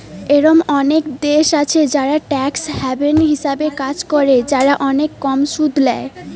এরোম অনেক দেশ আছে যারা ট্যাক্স হ্যাভেন হিসাবে কাজ করে, যারা অনেক কম সুদ ল্যায়